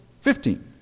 Fifteen